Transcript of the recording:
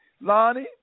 Lonnie